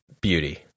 Beauty